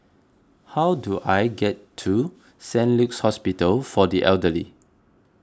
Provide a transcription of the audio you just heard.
how do I get to Saint Luke's Hospital for the Elderly